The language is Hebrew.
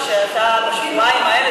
הוא שאתה בשבועיים האלה,